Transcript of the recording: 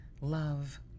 love